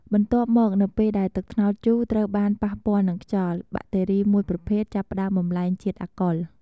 បន្ទាប់មក នៅពេលដែលទឹកត្នោតជូរត្រូវបានប៉ះពាល់នឹងខ្យល់ បាក់តេរីមួយប្រភេទចាប់ផ្ដើមបំប្លែងជាតិអាល់កុល។